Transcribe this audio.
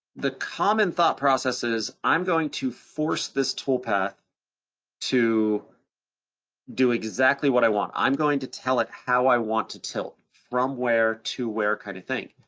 the common thought process is, i'm going to force this toolpath to do exactly what i want. i'm going to tell it how i want to tilt, from where to where kind of thing.